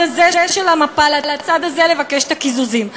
הזה של המפה לצד הזה לבקש את הקיזוזים.